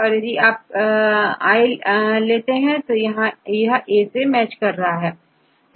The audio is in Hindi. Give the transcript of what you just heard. अब यदि आपI लेते हैं यह क्या A से मैच हो रहा है